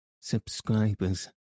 subscribers